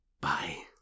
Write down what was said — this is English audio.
bye